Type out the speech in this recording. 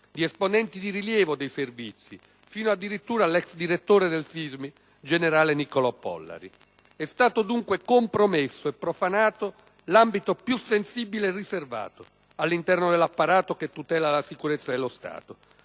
di esponenti di rilievo dei Servizi, fino addirittura all'ex direttore del SISMI, generale Nicolò Pollari. È stato, dunque, compromesso e profanato l'ambito più sensibile e riservato all'interno dell'apparato che tutela la sicurezza dello Stato